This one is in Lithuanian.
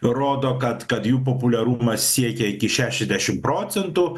rodo kad kad jų populiarumas siekia iki šešiasdešim procentų